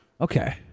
Okay